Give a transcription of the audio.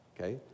okay